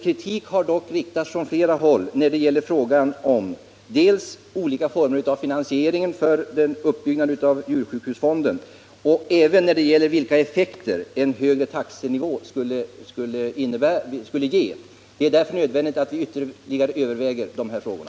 Kritik har dock riktats från flera håll, dels när det gäller olika former av finansiering av uppbyggnaden av djursjukhusfonden, dels när det gäller vilka effekter en högre taxenivå skulle ge. Det är därför nödvändigt att vi ytterligare överväger de här frågorna.